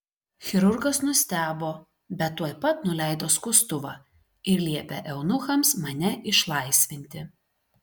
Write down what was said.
chirurgas nustebo bet tuoj pat nuleido skustuvą ir liepė eunuchams mane išlaisvinti